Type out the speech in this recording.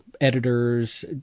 editors